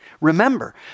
Remember